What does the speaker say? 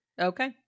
Okay